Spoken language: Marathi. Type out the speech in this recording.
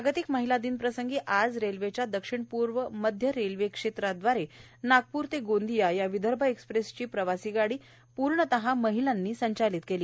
जागतिक महिला दिना प्रसंगी आज रेल्वेच्या दक्षिण पूर्व मध्य रेल्वे क्षेत्र दवारे नागपूर ते गोंदिया या विदर्भ एक्सप्रेस ही प्रवासी गाडी आज संपूर्णपणे महिलांनी संचालित केली